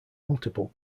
multiple